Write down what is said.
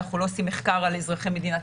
אנחנו לא עושים מחקר על אזרחי מדינת